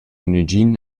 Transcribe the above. negin